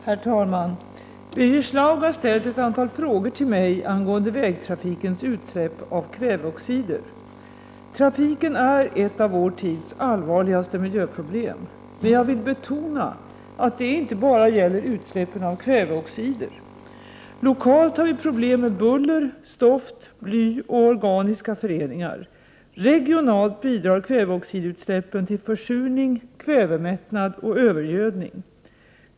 Herr talman! Birger Schlaug har ställt ett antal frågor till mig angående vägtrafikens utsläpp av kväveoxider. Trafiken är ett av vår tids allvarligaste miljöproblem. Men jag vill betona att det inte bara gäller utsläppen av kväveoxider. Lokalt har vi problem med buller, stoft, bly och organiska föreningar. Regionalt bidrar kväveoxidut Prot. 1988/89:70 släppen till försurning, kvävemättnad och övergödning.